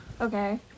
Okay